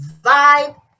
vibe